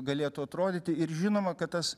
galėtų atrodyti ir žinoma kad tas